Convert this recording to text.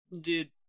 Dude